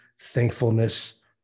thankfulness